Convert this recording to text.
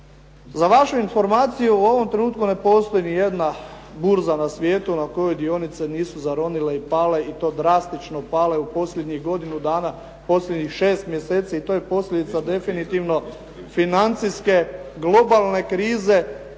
Za vašu informaciju u ovom trenutku ne postoji nijedna burza na svijetu na kojoj dionice nisu zaronile i pale i to drastično pale u posljednjih godinu dana, posljednjih 6 mjeseci i to je posljedica definitivno financijske globalne krize.